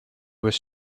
was